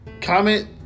comment